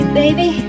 baby